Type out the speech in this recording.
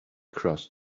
across